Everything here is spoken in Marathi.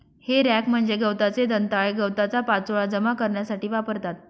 हे रॅक म्हणजे गवताचे दंताळे गवताचा पाचोळा जमा करण्यासाठी वापरतात